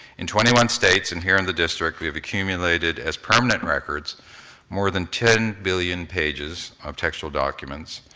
in twenty one states and here in the district, we've accumulated as permanent records more than ten billion pages of textual documents,